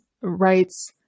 rights